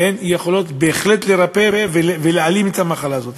יכולות בהחלט לרפא ולהעלים את המחלה הזאת.